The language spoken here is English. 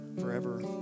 forever